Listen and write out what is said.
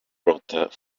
brought